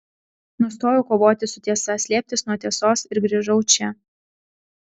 nustojau kovoti su tiesa slėptis nuo tiesos ir grįžau čia